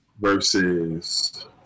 versus